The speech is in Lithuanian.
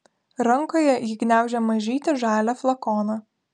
rankoje ji gniaužė mažytį žalią flakoną